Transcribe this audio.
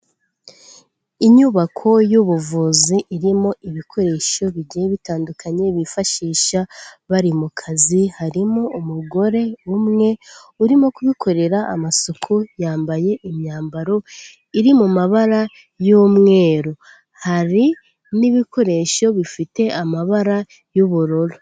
Inyubako y'ubuvuzi irimo ibikoresho bigiye bitandukanye bifashisha bari mu kazi, harimo umugore umwe urimo kubikorera amasuku, yambaye imyambaro iri mu mabara y'umweru, hari n'ibikoresho bifite amabara y'ubururu.